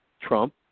Trump